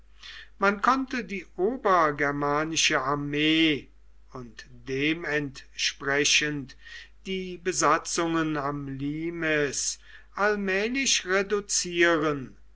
man konnte die obergermanische armee und dementsprechend die besatzungen am limes allmählich reduzieren